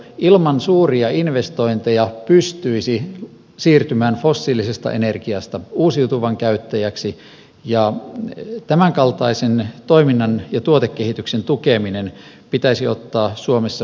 ilman suuria investointeja pystyisi siirtymään fossiilisesta energiasta uusiutuvan käyttäjäksi ja tämänkaltaisen toiminnan ja tuotekehityksen tuke minen pitäisi ottaa suomessa hyvin vakavasti